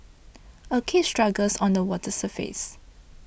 a carp struggles on the water's surface